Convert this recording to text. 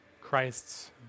Christ's